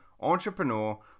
entrepreneur